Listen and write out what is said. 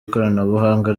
ikoranabuhanga